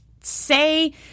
say –